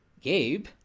Gabe